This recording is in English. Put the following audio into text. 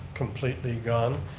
completely gone,